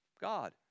God